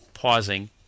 pausing